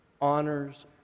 honors